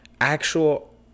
actual